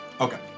Okay